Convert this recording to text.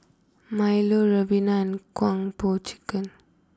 Milo Ribena and Po Chicken